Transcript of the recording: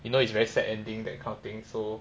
you know it's very sad ending that kind of thing so